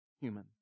human